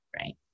right